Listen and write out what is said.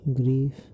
grief